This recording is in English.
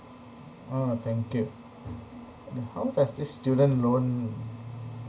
ah thank you and how does this student loan